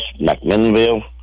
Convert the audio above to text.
McMinnville